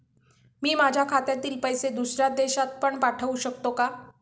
मी माझ्या खात्यातील पैसे दुसऱ्या देशात पण पाठवू शकतो का?